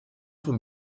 von